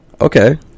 okay